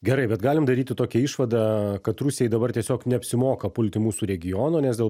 gerai bet galim daryti tokią išvadą kad rusijai dabar tiesiog neapsimoka pulti mūsų regiono nes dėl